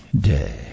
Day